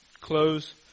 close